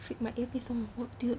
freak my earpiece not gonna work dude